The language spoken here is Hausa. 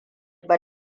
ba